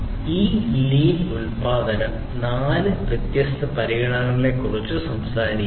ഈ ലീൻ ഉത്പാദനം നാല് വ്യത്യസ്ത പരിഗണനകളെക്കുറിച്ച് സംസാരിക്കുന്നു